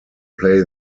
play